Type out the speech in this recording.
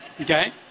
okay